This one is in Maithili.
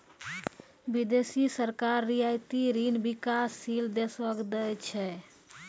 बिदेसी सरकार रियायती ऋण बिकासशील देसो के दै छै